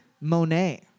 Monet